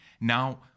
Now